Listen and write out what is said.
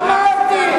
אמרתי.